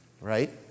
Right